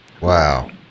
Wow